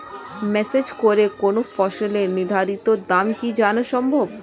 Message করে কোন ফসলের নির্ধারিত দাম কি জানা সম্ভব?